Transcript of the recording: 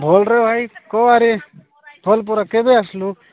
ଭଲରେ ଭାଇ କହରେ ଭଲ ପରା କେବେ ଆସିଲୁ